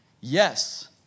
Yes